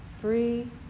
three